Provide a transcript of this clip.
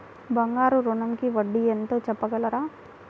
బంగారు ఋణంకి వడ్డీ ఎంతో చెప్పగలరా?